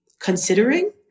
considering